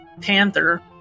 panther